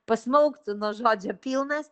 pasmaugtų nuo žodžio pilnas